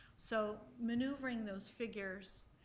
so, maneuvering those figures